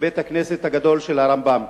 בית-הכנסת הגדול, של הרמב"ם.